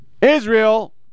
Israel